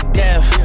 death